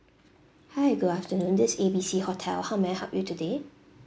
hi good afternoon this is A B C hotel how may I help you today